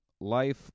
life